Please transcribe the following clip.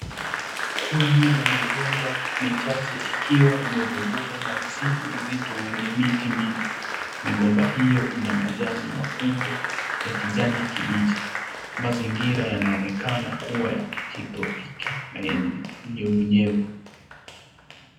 Kundi la migomba michache ikiwa imezungukwa na msitu mzito wenye miti mingi . Migomba hiyo ina majani makubwa ya kijani kibichi . Mazingira yanaonekana kuwa ya kitropiki na yenye unyevunyevu.